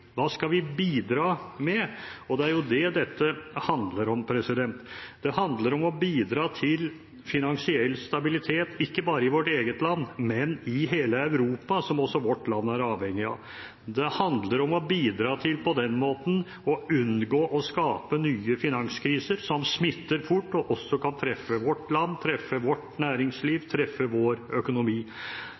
hva skal vi bidra med? Det er jo det dette handler om. Det handler om å bidra til finansiell stabilitet, ikke bare i vårt eget land, men i hele Europa, som også vårt land er avhengig av. Det handler om på den måten å bidra til å unngå å skape nye finanskriser, som smitter fort og også kan treffe vårt land, treffe vårt næringsliv, treffe vår økonomi.